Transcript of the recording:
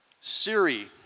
Siri